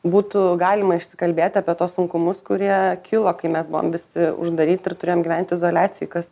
būtų galima išsikalbėti apie tuos sunkumus kurie kilo kai mes buvom visi uždaryti ir turėjom gyvent izoliacijoj kas